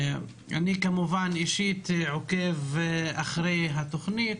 אני כמובן עוקב אישית אחרי התוכנית.